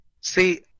see